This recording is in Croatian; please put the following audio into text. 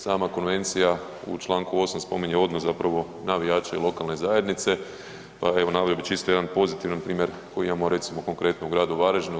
Sama konvencija u Članku 8. spominje odnos zapravo navijača i lokalne zajednice pa evo naveo bi čisto jedan pozitivan primjer koji imamo recimo konkretno u gradu Varaždinu.